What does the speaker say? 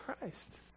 Christ